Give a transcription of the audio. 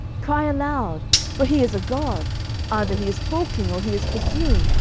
cry aloud for he is a god either he is talking, or he is pursuing,